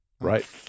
right